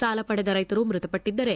ಸಾಲ ಪಡೆದ ರೈತರು ಮೃತಪಟ್ಟಿದ್ದರೆ